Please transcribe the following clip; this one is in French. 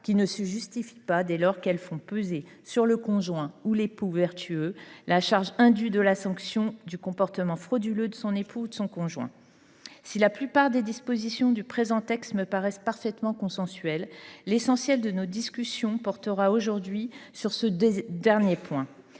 qui ne se justifient pas dès lors qu’elles font peser sur le conjoint ou l’époux vertueux la charge indue de la sanction du comportement frauduleux de son époux ou conjoint. Si la plupart des dispositions du présent texte me paraissent parfaitement consensuelles, l’essentiel de notre discussion portera sur ce dernier point.